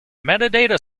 metadata